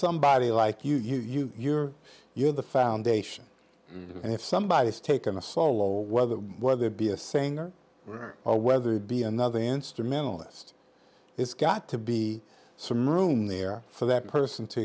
somebody like you you use your you're the foundation and if somebody has taken a solo whether whether it be a singer or whether it be another instrumentalist it's got to be some room there for that person to